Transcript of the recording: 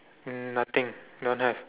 um nothing don't have